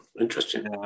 interesting